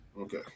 Okay